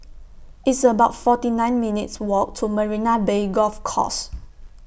It's about forty nine minutes' Walk to Marina Bay Golf Course